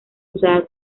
usada